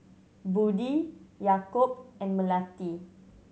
Budi Yaakob and Melati